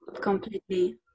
completely